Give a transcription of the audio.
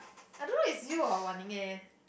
I don't know is you or wan ning eh